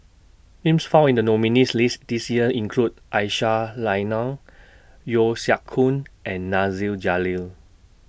Names found in The nominees' list This Year include Aisyah Lyana Yeo Siak Goon and Nasir Jalil